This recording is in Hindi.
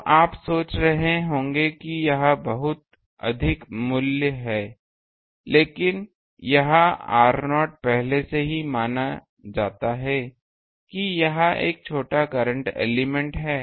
तो आप सोच रहे होंगे कि यह बहुत अधिक मूल्य है लेकिन यह r0 पहले से ही माना जाता है कि यह एक छोटा करंट एलिमेंट है